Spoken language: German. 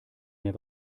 mehr